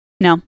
no